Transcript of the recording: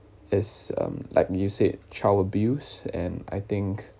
as um like you said child abuse and I think